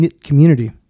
community